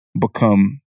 become